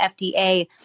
FDA